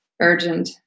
urgent